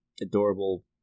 adorable